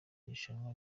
irushanywa